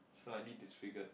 slightly disfigured